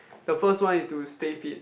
the first one is to stay fit